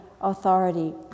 authority